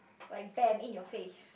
like bam in your face